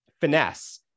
finesse